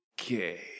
Okay